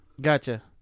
Gotcha